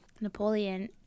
Napoleon